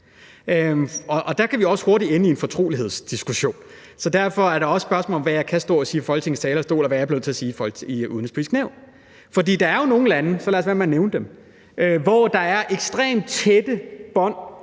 Og der kan vi også hurtigt ende i en fortrolighedsdiskussion, så derfor er det også et spørgsmål om, hvad jeg kan stå og sige fra Folketingets talerstol, og hvad jeg bliver nødt til at sige i det Udenrigspolitiske Nævn. For der er jo nogle lande – lad os lade være med at nævne dem – hvor der er ekstremt tætte bånd